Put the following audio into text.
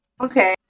Okay